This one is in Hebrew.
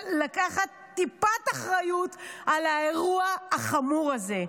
לקחת טיפת אחריות על האירוע החמור הזה.